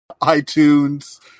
iTunes